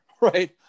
right